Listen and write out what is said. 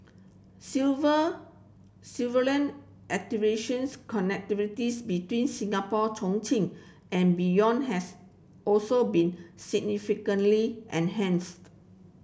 civil civilly connectivity's between Singapore Chongqing and beyond has also been significantly enhanced